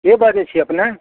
के बाजै छी अपने